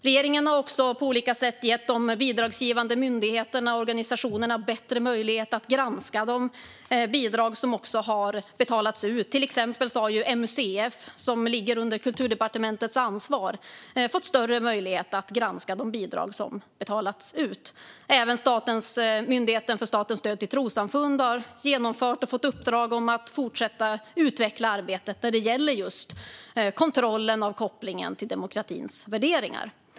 Regeringen har också på olika sätt gett de bidragsgivande myndigheterna och organisationerna bättre möjligheter att granska de bidrag som har betalats ut. Till exempel har MUCF, som ligger under Kulturdepartementets ansvar, fått större möjlighet att granska de bidrag som betalats ut. Även Myndigheten för stöd till trossamfund har genomfört och fått i uppdrag att fortsätta utveckla arbetet när det gäller just kontrollen och kopplingen till demokratins värderingar.